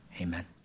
Amen